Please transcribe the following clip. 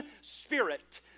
spirit